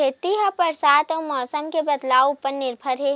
खेती हा बरसा अउ मौसम के बदलाव उपर निर्भर हे